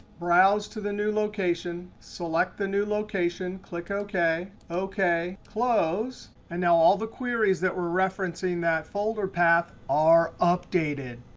browse to the new location, select the new location, click ok, ok, close. and now all the queries that were referencing that folder path are updated.